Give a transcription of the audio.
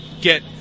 get